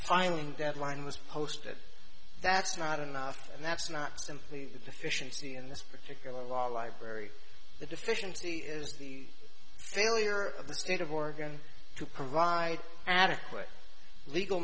filing deadline was posted that's not enough and that's not simply a deficiency in this particular law library the deficiency is the failure of the state of oregon to provide adequate legal